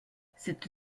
cette